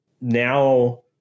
now